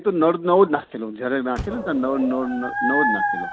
એ તો નળ નવો જ નાખેલો જ્યારે નાખેલો ને ત્યારે નવો નવો નળ નવો નાખેલો